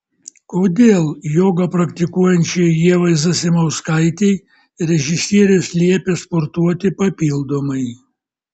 kodėl jogą praktikuojančiai ievai zasimauskaitei režisierius liepė sportuoti papildomai